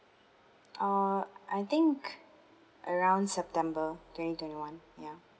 uh I think around september twenty twenty one ya